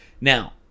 Now